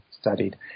studied